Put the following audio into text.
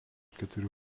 keturių